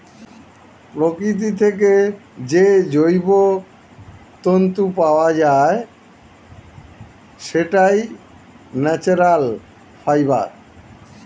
প্রকৃতি থেকে যে জৈব তন্তু পাওয়া যায়, সেটাই ন্যাচারাল ফাইবার